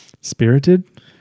Spirited